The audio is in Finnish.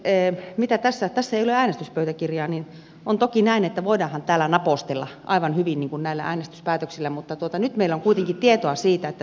ja sitten tässä ei ole äänestyspöytäkirjaa on toki näin että voidaanhan täällä napostella aivan hyvin näillä äänestyspäätöksillä mutta nyt meillä on kuitenkin tietoa siitä että